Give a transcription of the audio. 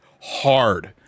hard